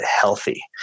healthy